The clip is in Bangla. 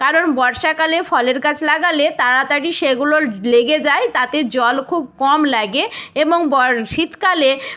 কারণ বর্ষাকালে ফলের গাছ লাগালে তাড়াতাড়ি সেগুলো লেগে যায় তাতে জল খুব কম লাগে এবং শীতকালে